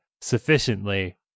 sufficiently